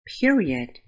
period